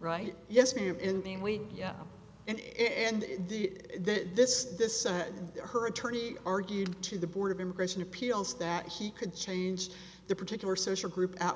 right yes ma'am in being we yeah and the this is this her attorney argued to the board of immigration appeals that he could change the particular social group at